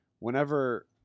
Whenever